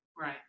Right